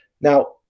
Now